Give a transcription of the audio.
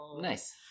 Nice